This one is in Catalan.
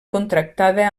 contractada